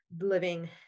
living